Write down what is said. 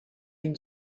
une